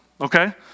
okay